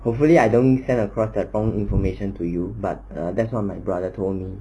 hopefully I don't send across the wrong information to you but ah that's what my brother told me